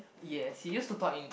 yes he used to talk in